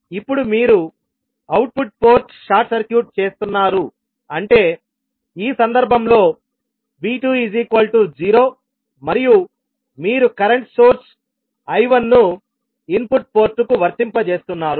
ఇప్పుడు మీరు output port short circuit చేస్తున్నారు అంటే ఈ సందర్భంలో V20 మరియు మీరు కరెంట్ సోర్స్ I1 ను ఇన్పుట్ పోర్టుకు వర్తింపజేస్తున్నారు